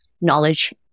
knowledge